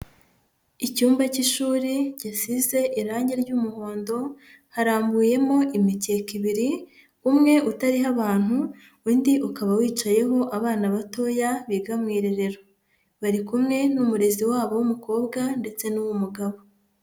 Icyumba cy'ishuri gisize irange ry'umuhondo harambuyemo imikeka ibiri umwe utariho abantu, undi ukaba wicayeho abana batoya biga mu irerero, bari kumwe n'umurezi wabo w'umukobwa ndetse n'uw'umugabo.